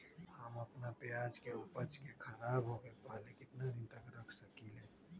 हम अपना प्याज के ऊपज के खराब होबे पहले कितना दिन तक रख सकीं ले?